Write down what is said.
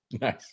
nice